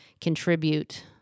contribute